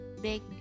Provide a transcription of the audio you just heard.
big